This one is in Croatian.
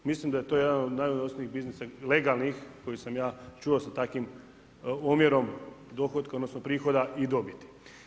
Mislim da je to jedno od najunosnijih biznisa legalnih, koji sam ja čuo sa takvim omjerom dohotka, odnosno, prihoda i dobiti.